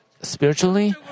Spiritually